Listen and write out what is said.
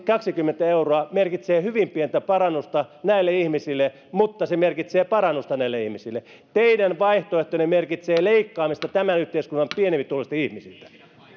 kaksikymmentä euroa merkitsee hyvin pientä parannusta näille ihmisille mutta se merkitsee parannusta näille ihmisille teidän vaihtoehtonne merkitsee leikkaamista tämän yhteiskunnan pienituloisimmilta ihmisiltä